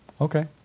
Okay